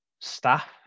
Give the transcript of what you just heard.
staff